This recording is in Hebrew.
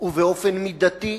ובאופן מידתי.